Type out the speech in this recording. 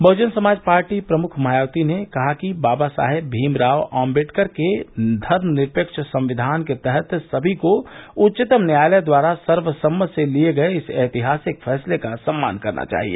Bahujan Samaj party प्रमुख मायावती ने कहा कि बाबा साहेब भीमराव अम्बेडकर के धर्म निरपेक्ष संविधान के तहत समी को उच्चतम न्यायालय द्वारा सर्वसम्मति से लिये गये इस ऐतिहासिक फैसले का सम्मान करना चाहिए